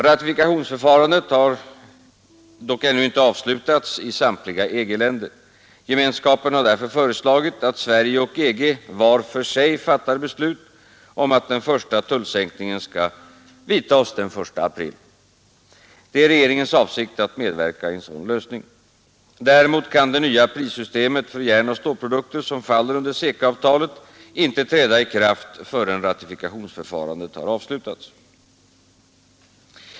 Ratifikationsförfarandet har dock ännu inte avslutats i samtliga EG-länder. Gemenskapen har därför föreslagit att Sverige och EG var för sig fattar beslut om att den första tullsänkningen skall vidtas den 1 april. Det är regeringens avsikt att medverka i en sådan lösning. Däremot kan det nya prissystemet för järnoch stålprodukter som faller under CECA-avtalet inte träda i kraft förrän ratifikationsförfarandet avslutats.